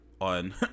on